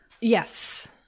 yes